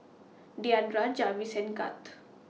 Diandra Jarvis and Gart